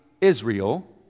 Israel